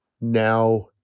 Now